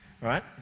right